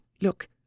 look